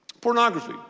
Pornography